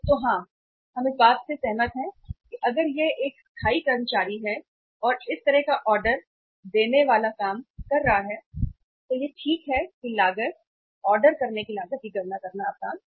तो हां हम इस बात से सहमत हैं कि अगर यह एक अस्थायी कर्मचारी है और इस तरह का ऑर्डर देने वाला काम कर रहा है तो यह ठीक है कि लागत ऑर्डर करने की लागत की गणना करना आसान है